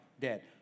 dead